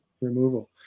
removal